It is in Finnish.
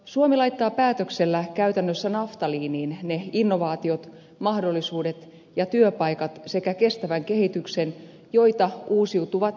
suomi laittaa päätöksellä käytännössä naftaliiniin ne innovaatiot mahdollisuudet ja työpaikat sekä kestävän kehityksen joita uusiutuvat energiamuodot tarjoavat